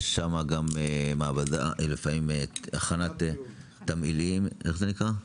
יש שם גם מעבדה, הכנת תמהילים, איך זה נקרא?